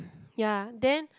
ya then